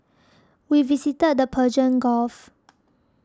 we visited the Persian Gulf